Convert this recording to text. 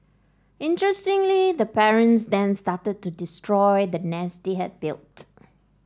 interestingly the parents then started to destroy the nest they had built